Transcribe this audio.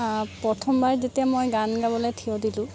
প্ৰথম বাৰ যেতিয়া মই গান গাবলৈ ঠিয় দিলোঁ